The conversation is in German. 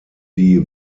die